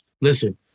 Listen